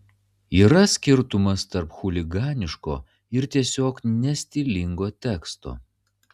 yra skirtumas tarp chuliganiško ir tiesiog nestilingo teksto